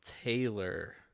Taylor